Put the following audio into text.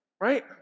Right